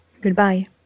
Goodbye